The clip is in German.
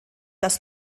das